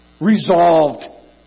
Resolved